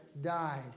Died